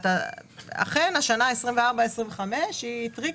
שנת 2024-2025 היא קריטית,